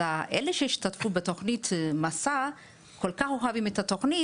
אז אלה שהשתתפו בתוכנית 'מסע' כל כך אוהבים את התוכנית.